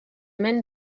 même